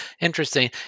interesting